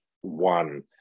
one